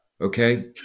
okay